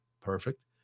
perfect